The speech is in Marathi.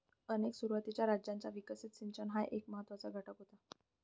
अनेक सुरुवातीच्या राज्यांच्या विकासात सिंचन हा एक महत्त्वाचा घटक होता